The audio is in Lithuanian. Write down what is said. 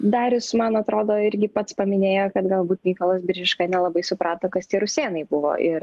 darius man atrodo irgi pats paminėjo kad galbūt mykolas biržiška nelabai suprato kas tie rusėnai buvo ir